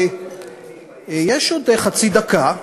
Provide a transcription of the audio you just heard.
יש עוד חצי דקה,